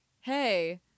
hey